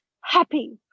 happy